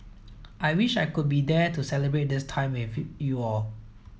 I wish I could be there to celebrate this time with you all